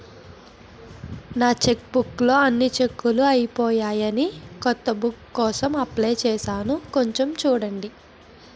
నా చెక్బుక్ లో అన్ని చెక్కులూ అయిపోయాయని కొత్త బుక్ కోసం అప్లై చేసాను కొంచెం చూడండి